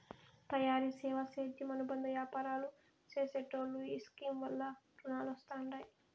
తయారీ, సేవా, సేద్యం అనుబంద యాపారాలు చేసెటోల్లో ఈ స్కీమ్ వల్ల రునాలొస్తండాయి